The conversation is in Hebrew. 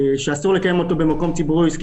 שאסור לקיים אותו במקום ציבורי או עסקי